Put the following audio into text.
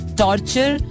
torture